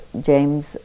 James